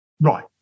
right